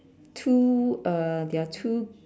two uh there are two